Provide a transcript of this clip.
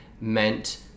meant